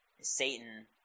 Satan